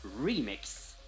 remix